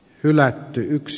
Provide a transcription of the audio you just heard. hylätty yks